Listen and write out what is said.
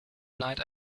night